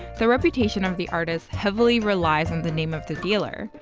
the reputation of the artist heavily relies on the name of the dealer.